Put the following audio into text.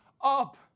up